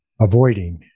avoiding